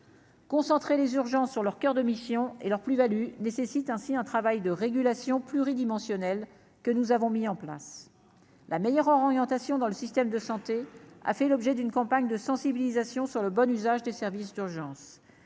concentré les urgences sur leur coeur de missions et leurs plus-values nécessite ainsi un travail de régulation pluri-dimensionnelle que nous avons mis en place la meilleure orientation dans le système de santé a fait l'objet d'une campagne de sensibilisation sur le bon usage des services d'urgence,